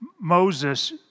Moses